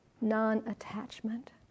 non-attachment